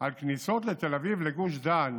על כניסות לתל אביב וגוש דן